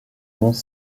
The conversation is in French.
monts